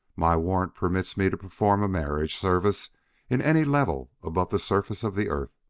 my warrant permits me to perform a marriage service in any level above the surface of the earth.